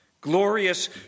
glorious